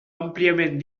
àmpliament